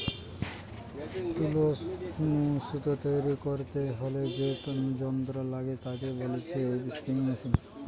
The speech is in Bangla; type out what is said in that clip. তুলো নু সুতো তৈরী করতে হইলে যে যন্ত্র লাগে তাকে বলতিছে স্পিনিং মেশিন